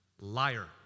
liar